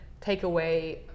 takeaway